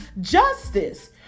justice